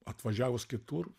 atvažiavus kitur